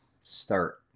start